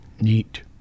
Neat